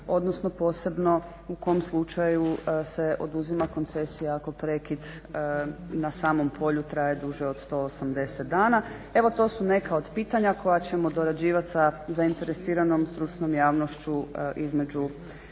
odnosno posebno u kom slučaju se oduzima koncesija ako prekid na samom polju traje duže od 180 dana. Evo to su neka od pitanja koja ćemo dorađivat sa zainteresiranom stručnom javnošću između